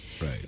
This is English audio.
Right